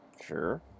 Sure